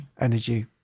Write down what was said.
energy